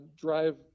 drive